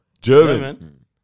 German